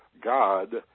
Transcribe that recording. God